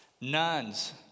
nuns